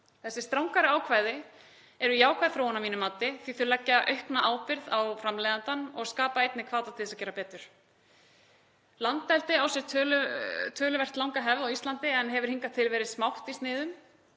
Þessi strangari ákvæði eru jákvæð þróun að mínu mati því að þau leggja aukna ábyrgð á framleiðandann og skapa einnig hvata til þess að gera betur. Landeldi á sér töluvert langa hefð á Íslandi en hefur hingað til verið smátt í sniðum.